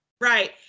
right